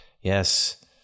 yes